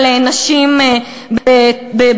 על נשים בזנות,